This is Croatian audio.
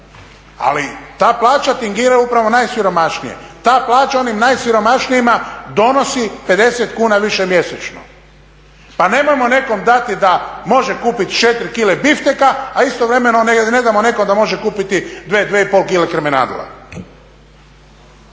Ali ta plaća tangira upravo najsiromašnije, ta plaća onim najsiromašnijima donosi 50 kuna više mjesečno. Pa nemojmo nekom dati da može kupiti 4 kile bifteka, a istovremeno ne damo nekome da može kupiti 2, 2,5 kile krmenadla.